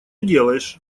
делаешь